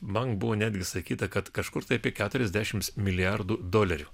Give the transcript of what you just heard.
man buvo netgi sakyta kad kažkur tai apie keturiasdešimt milijardų dolerių